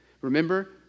Remember